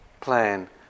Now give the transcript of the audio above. plan